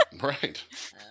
Right